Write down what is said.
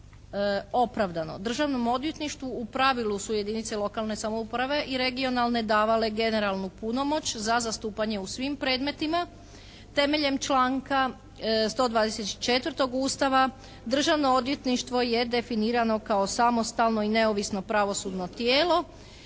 opravdano. Državnom odvjetništvu u pravilu su jedinice lokalne samouprave i regionalne davale generalnu punomoć za zastupanje u svim predmetima. Temeljem članka 124. Ustava Državno odvjetništvo je definirano kao samostalno i neovisno pravosudno tijelo